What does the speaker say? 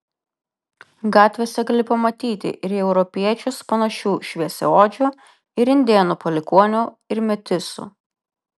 gatvėse gali pamatyti ir į europiečius panašių šviesiaodžių ir indėnų palikuonių ir metisų